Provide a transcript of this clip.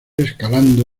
escalando